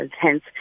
Hence